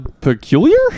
peculiar